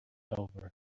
over